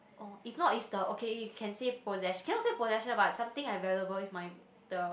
oh if not is the okay you can say posses~ cannot say possession but something like valuable is my the